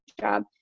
job